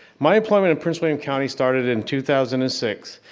my employment in prince william county started in two thousand and six.